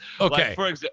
okay